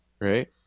Right